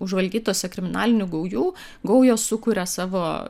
užvaldytose kriminalinių gaujų gaujos sukuria savo